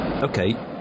Okay